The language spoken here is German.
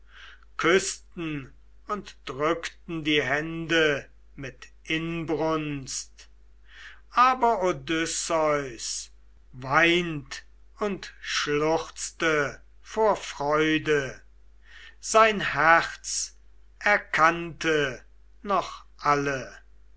küßten und drückten die hände mit inbrunst aber odysseus weint und schluchzte vor freude sein herz erkannte noch alle